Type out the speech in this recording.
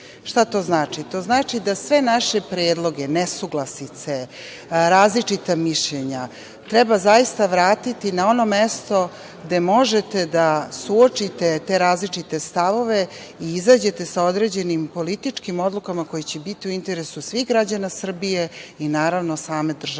to znači? To znači da sve naše predloge, nesuglasice, različita mišljenja treba zaista vratiti na ono mesto gde možete da suočite te različite stavove i izađete sa određenim političkim odlukama koje će biti u interesu svih građana Srbije i naravno, same države